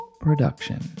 production